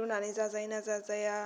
रुनानै जाजायो ना जाजाया